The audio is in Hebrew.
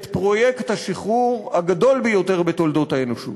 את פרויקט השחרור הגדול ביותר בתולדות האנושות.